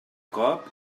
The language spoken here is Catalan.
cop